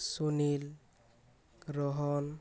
Sunil Rohan